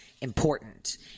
important